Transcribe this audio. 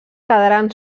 quedaren